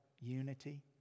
unity